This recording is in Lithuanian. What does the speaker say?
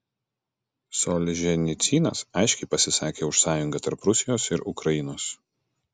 solženicynas aiškiai pasisakė už sąjungą tarp rusijos ir ukrainos